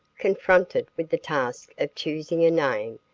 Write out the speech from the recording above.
confronted with the task of choosing a name,